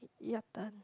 yup done